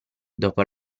dopo